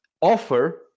offer